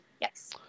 Yes